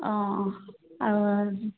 অঁ অঁ